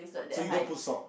so you don't put salt